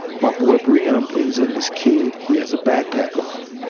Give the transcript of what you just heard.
my boy briam brings in this kid. he has a backpack on.